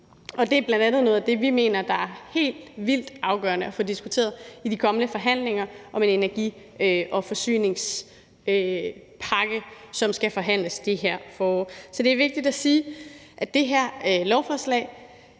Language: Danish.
Det er bl.a. noget af det, vi mener der er helt vildt afgørende at få diskuteret i de kommende forhandlinger om en energi- og forsyningspakke, som skal forhandles i det her forår. Så det er vigtigt at sige, at det her lovforslag